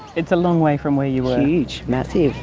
it's a long way from where you were? huge, massive,